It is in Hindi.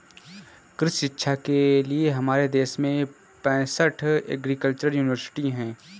कृषि शिक्षा के लिए हमारे देश में पैसठ एग्रीकल्चर यूनिवर्सिटी हैं